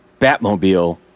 Batmobile